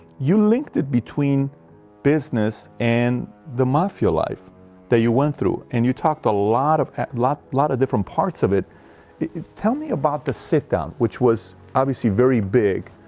you linked it between business and the mafia life that you went through and you talked a lot of a lot lot of different parts of it it tell me about the sit-down which was obviously very big